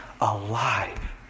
alive